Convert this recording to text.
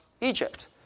Egypt